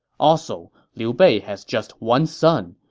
also, liu bei has just one son.